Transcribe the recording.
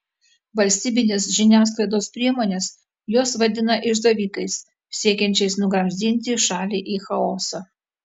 valstybinės žiniasklaidos priemonės juos vadina išdavikais siekiančiais nugramzdinti šalį į chaosą